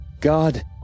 God